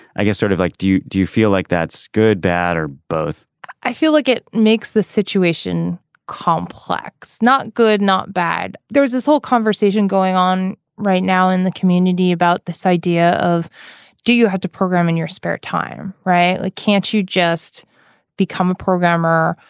i guess sort of like do you do you feel like that's good bad or both i feel like it makes the situation complex. not good not bad. there was this whole conversation going on right now in the community about this idea of do you have to program in your spare time right. like can't you just become a programmer.